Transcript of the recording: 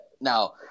Now